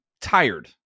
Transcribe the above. tired